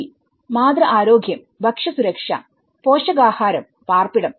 V മാതൃ ആരോഗ്യം ഭക്ഷ്യസുരക്ഷ പോഷകാഹാരം പാർപ്പിടം